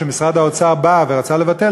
כשמשרד האוצר בא ורצה לבטל,